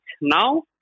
now